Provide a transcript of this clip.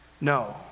No